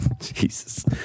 Jesus